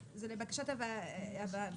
אבל זה לבקשת הוועדה,